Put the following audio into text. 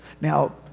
Now